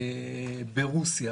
ברוסיה